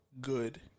good